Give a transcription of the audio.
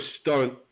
stunt